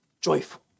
joyful